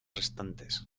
restantes